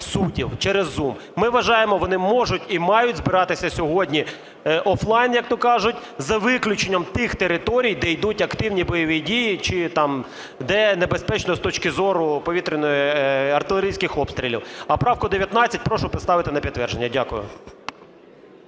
суддів через Zoom. Ми вважаємо, вони можуть і мають збиратися сьогодні оффлайн, як то кажуть, за виключенням тих територій, де ідуть активні бойові дії чи там, де небезпечно з точки зору повітряної... артилерійських обстрілів. А правку 19 прошу поставити на підтвердження. Дякую.